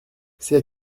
c’est